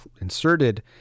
inserted